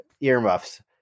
Earmuffs